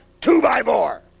two-by-four